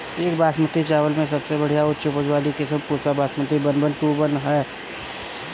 एक बासमती चावल में सबसे बढ़िया उच्च उपज वाली किस्म Pusa basmati one one two one ह?